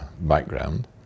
background